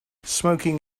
smoking